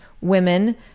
women